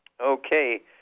Okay